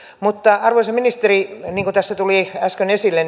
mutta arvoisa ministeri tässä tuli äsken esille